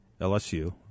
LSU